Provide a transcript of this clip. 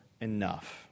enough